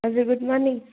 हजुर good morning